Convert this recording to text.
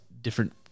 different